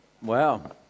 Wow